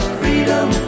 freedom